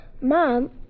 Mom